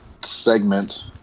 segment